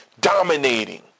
Dominating